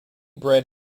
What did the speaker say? bred